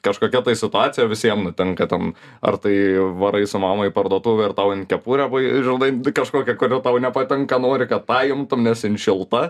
kažkokia situacija visiem nutinka ten ar tai varai su mama į parduotuvę ir tau jin kepurę vai įžūlai kažkokią kodėl tau nepatinka nori kad paimtum nes jin šilta